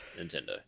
Nintendo